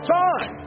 time